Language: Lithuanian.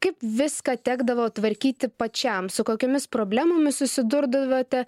kaip viską tekdavo tvarkyti pačiam su kokiomis problemomis susidurdavote